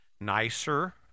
nicer